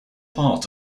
part